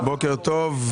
בוקר טוב.